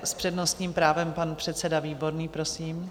S přednostním právem pan předseda Výborný, prosím.